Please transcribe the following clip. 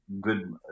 Good